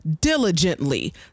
diligently